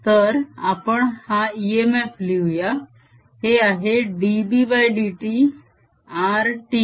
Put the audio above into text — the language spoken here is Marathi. तर आपण हा इएमएफ लिहूया हे आहे -dbdt r t